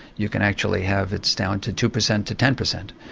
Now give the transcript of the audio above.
you can actually have. it's down to two percent to ten percent.